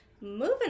Moving